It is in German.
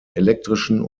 elektrischen